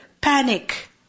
panic